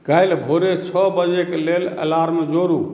काल्हि भोरे छओ बजेक लेल अलार्म जोड़ू